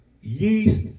yeast